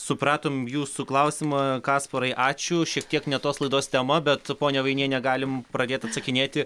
supratom jūsų klausimą kasparai ačiū šiek tiek ne tos laidos tema bet ponia vainiene galim pradėt atsakinėti